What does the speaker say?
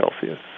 Celsius